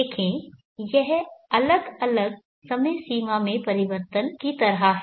देखें यह अलग अलग समय सीमा में परिवर्तन की तरह है